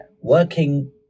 working